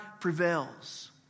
prevails